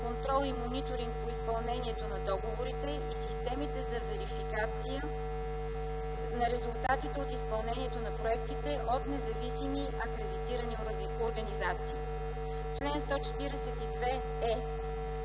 контрол и мониторинг по изпълнението на договорите и системите за верификация на резултатите от изпълнението на проектите от независими акредитирани организации. Чл. 142е.